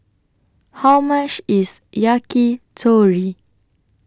How much IS Yakitori